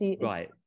Right